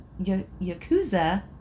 Yakuza